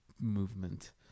Movement